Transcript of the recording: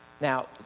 Now